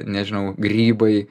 nežinau grybai